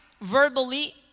verbally